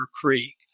Creek